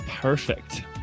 perfect